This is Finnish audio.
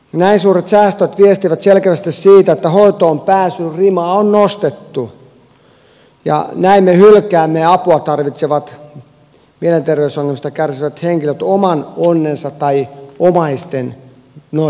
näin suuret säästöt viestivät selkeästi siitä että hoitoon pääsyn rimaa on nostettu ja näin me hylkäämme apua tarvitsevat mielenterveysongelmista kärsivät henkilöt oman onnensa tai omaisten nojaan